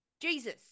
Jesus